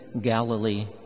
Galilee